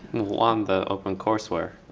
on the opencourseware,